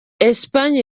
espanye